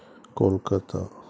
Kolkata